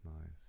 nice